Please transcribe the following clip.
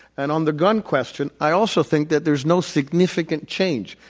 and on the gun question, i also think that there is no significant change.